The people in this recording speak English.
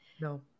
No